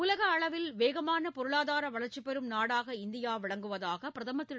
உலகளவில் வேகமான பொருளாதார வளர்ச்சி பெறும் நாடாக இந்தியா விளங்குவதாக பிரதமர் திரு